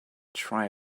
try